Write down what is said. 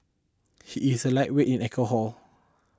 he is a lightweight in alcohol